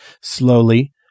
Slowly